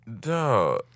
Duh